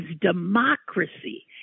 democracy